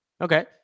Okay